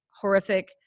horrific